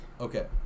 Okay